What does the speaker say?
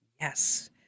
Yes